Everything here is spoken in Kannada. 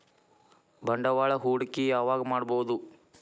ಬಂಡವಾಳ ಹೂಡಕಿ ಯಾವಾಗ್ ಮಾಡ್ಬಹುದು?